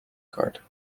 card